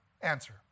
answer